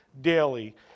daily